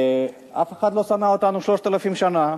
ואף אחד לא שנא אותנו 3,000 שנה,